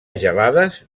gelades